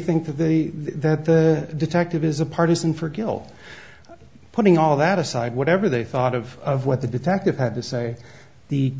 think that the that the detective is a partisan for guilt putting all that aside whatever they thought of of what the detective had to say the